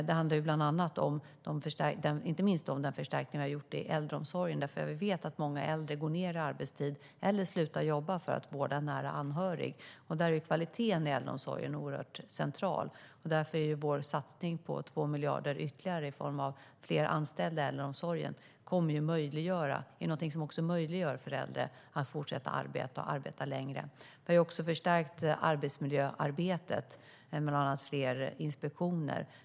Det handlar inte minst om den förstärkning vi har gjort i äldreomsorgen, för vi vet att många äldre går ned i arbetstid eller slutar jobba för att vårda en nära anhörig. Där är kvaliteten i äldreomsorgen oerhört central. Därför är vår satsning på 2 miljarder ytterligare för fler anställda i äldreomsorgen något som möjliggör för äldre att arbeta längre. Vi har också förstärkt arbetsmiljöarbetet med bland annat fler inspektioner.